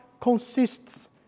consists